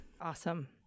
Awesome